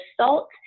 salt